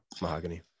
mahogany